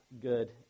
good